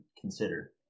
consider